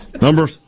Number